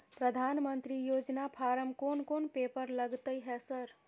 प्रधानमंत्री योजना फारम कोन कोन पेपर लगतै है सर?